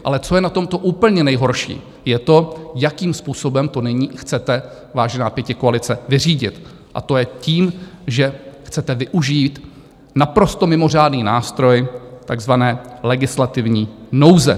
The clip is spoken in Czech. Ale co je na tomto úplně nejhorší, je to, jakým způsobem to nyní chcete, vážená pětikoalice, vyřídit, a to je tím, že chcete využít naprosto mimořádný nástroj takzvané legislativní nouze.